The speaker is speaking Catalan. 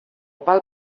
pel